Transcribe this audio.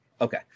okay